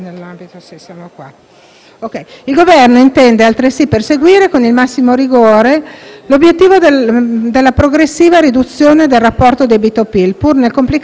Il Governo intende, altresì, perseguire con il massimo rigore l'obiettivo della progressiva riduzione del rapporto debito/PIL, pur nel complicato scenario economico in atto.